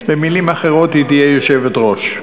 במילים אחרות, היא תהיה יושבת-ראש.